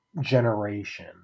generation